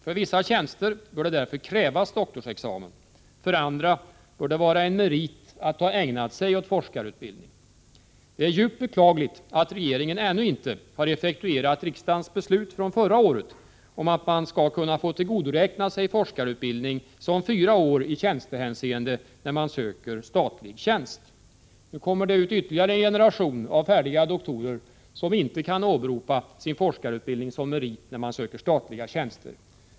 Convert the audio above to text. För vissa tjänster bör det därför krävas doktorsexamen. För andra bör det vara en merit att ha ägnat sig åt forskarutbildning. Det är djupt beklagligt att regeringen ännu inte har effektuerat riksdagens beslut från förra året om att man i tjänstehänseende skall kunna tillgodoräkna sig foskarutbildning som fyra år när man söker statlig tjänst. Nu kommer det ut ytterligare en generation av färdiga doktorer som inte kan åberopa sin forskarutbildning som merit när de söker statliga tjänster.